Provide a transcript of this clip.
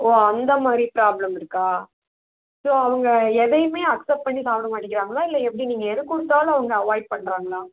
ஓ அந்த மாதிரி ப்ராப்ளம் இருக்கா ஸோ அவங்க எதையுமே அக்செப்ட் பண்ணி சாப்பிட மாட்டேக்கிறாங்களா இல்லை எப்படி நீங்கள் எதைக் கொடுத்தாலும் அவங்க அவாய்ட் பண்ணுறாங்களா